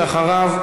ואחריו,